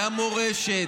גם מורשת,